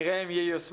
נראה אם ייושמו.